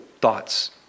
thoughts